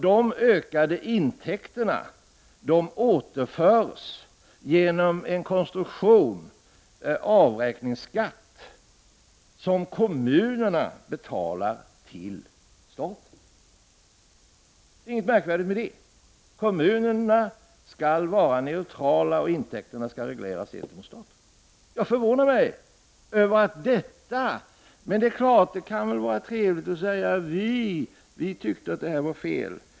De ökade intäkterna återförs genom en konstruktion, avräkningsskatt, som kommunerna betalar till staten. Det är inget märkvärdigt med det. Kommunerna skall vara neutrala, och intäkterna skall regleras gentemot staten. Jag förvånar mig över vad Carl Frick här säger, men det är klart att det kan vara trevligt att efteråt säga att ”Vi tyckte att det var fel”.